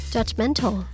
Judgmental